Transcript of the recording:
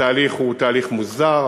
התהליך הוא תהליך מוסדר.